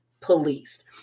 policed